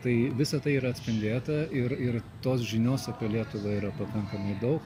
tai visa tai yra atspindėta ir ir tos žinios apie lietuvą yra pakankamai daug